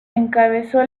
encabezó